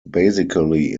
basically